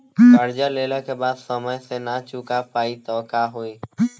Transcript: कर्जा लेला के बाद समय से ना चुका पाएम त का होई?